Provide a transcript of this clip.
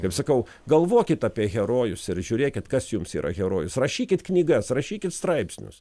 kaip sakau galvokit apie herojus ir žiūrėkit kas jums yra herojus rašykit knygas rašykit straipsnius